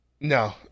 No